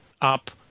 up